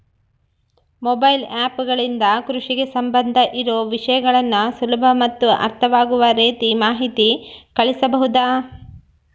Mobile app ಗಳಿಂದ ಕೃಷಿಗೆ ಸಂಬಂಧ ಇರೊ ವಿಷಯಗಳನ್ನು ಸುಲಭ ಮತ್ತು ಅರ್ಥವಾಗುವ ರೇತಿ ಮಾಹಿತಿ ಕಳಿಸಬಹುದಾ?